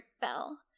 Bell